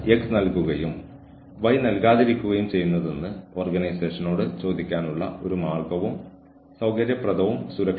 പ്രതികാരത്തെ ഭയപ്പെടാതെ ബന്ധപ്പെട്ട ആക്രമണകാരികളെ തിരിച്ചറിയാൻ ഇരകൾക്കായി ഒരു ഔപചാരിക മുൻവിധിയില്ലാത്ത റിപ്പോർട്ടിംഗ് നടപടിക്രമം സൃഷ്ടിക്കുക